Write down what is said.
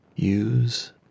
Use